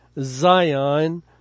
Zion